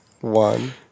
One